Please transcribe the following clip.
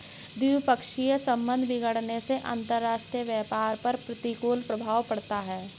द्विपक्षीय संबंध बिगड़ने से अंतरराष्ट्रीय व्यापार पर प्रतिकूल प्रभाव पड़ता है